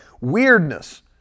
weirdness